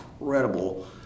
incredible